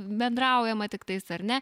bendraujama tiktais ar ne